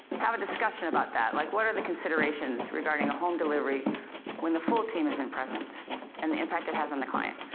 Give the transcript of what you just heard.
have a discussion about that. like what are the considerations regarding a home delivery when the full team isn't present and the impact it has on the client.